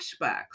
flashbacks